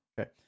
Okay